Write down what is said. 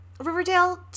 Riverdale